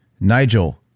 Nigel